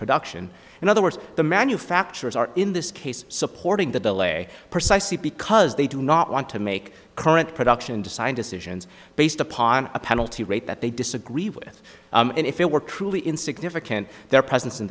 production in other words the manufacturers are in this case supporting the delay precisely because they do not want to make current production design decisions based upon a penalty rate that they disagree with and if it were truly insignificant their presence in